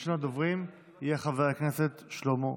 ראשון הדוברים יהיה חבר הכנסת שלמה קרעי.